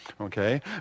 Okay